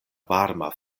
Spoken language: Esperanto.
varma